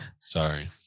Sorry